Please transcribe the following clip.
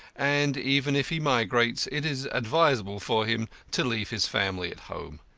and, even if he migrates, it is advisable for him to leave his family at home.